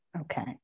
Okay